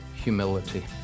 humility